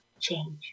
change